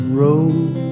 road